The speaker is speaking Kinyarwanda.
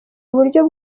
uburyo